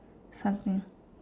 something